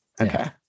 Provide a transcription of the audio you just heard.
Okay